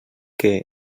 què